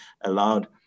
allowed